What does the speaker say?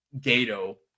Gato